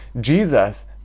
Jesus